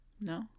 No